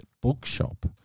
Bookshop